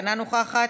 אינה נוכחת,